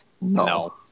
No